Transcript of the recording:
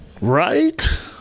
Right